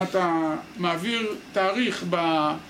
אתה מעביר תאריך ב...